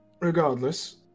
Regardless